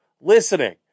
listening